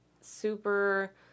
super